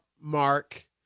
Mark